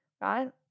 right